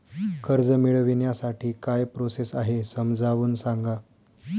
कर्ज मिळविण्यासाठी काय प्रोसेस आहे समजावून सांगा